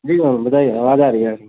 जी ma'am बताइए आवाज़ आ रही आ रही